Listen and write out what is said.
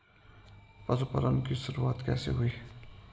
पशुपालन की शुरुआत कैसे हुई?